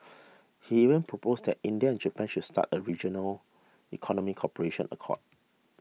he even proposed that India and Japan should start a regional economic cooperation accord